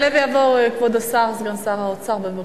יעלה ויבוא כבוד השר, סגן שר האוצר, בבקשה.